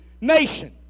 nation